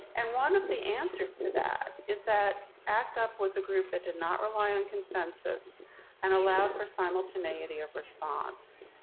and one of the answers to that is that act up was a group that did not rely on consensus and allowed for simultaneity of response.